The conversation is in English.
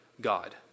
God